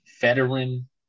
veteran